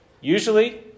Usually